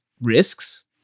risks